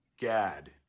Gad